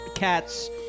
Cats